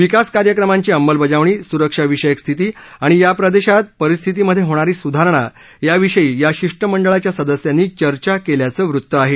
विकास कार्यक्रमांची अंमलबजावणी स्रक्षाविषयक स्थिती आणि या प्रदेशात परिस्थितीमध्ये होणारी स्धारणा याविषयी या शिष्टमंडळाच्या सदस्यांनी चर्चा केल्याचं वृत आहे